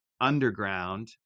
underground